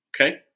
Okay